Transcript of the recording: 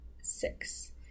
six